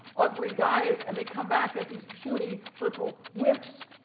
ugly guys, and they'd come back as these puny little wimps.